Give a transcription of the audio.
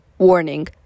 Warning